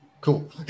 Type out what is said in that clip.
cool